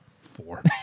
Four